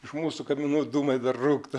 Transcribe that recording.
iš mūsų kaminų dūmai dar rūktų